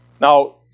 Now